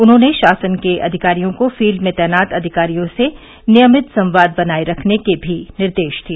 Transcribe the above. उन्होंने शासन के अधिकारियों को फील्ड में तैनात अधिकारियों से नियमित संवाद बनाए रखने के भी निर्देश दिए